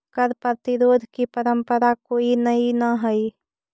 कर प्रतिरोध की परंपरा कोई नई न हई